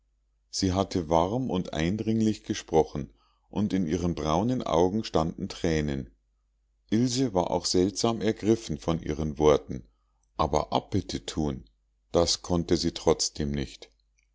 sie hatte warm und eindringlich gesprochen und in ihren braunen augen standen thränen ilse war auch seltsam ergriffen von ihren worten aber abbitte thun das konnte sie trotzdem nicht